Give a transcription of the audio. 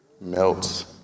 melts